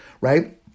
right